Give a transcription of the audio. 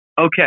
Okay